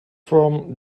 from